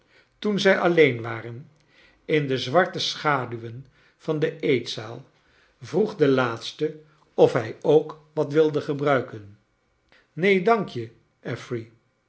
toen zij alleen waren in de zwarte schaduwen van de eetzaal vroeg de laatste of hij ook wat wilde gebruiken neen dank je